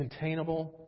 containable